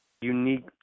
unique –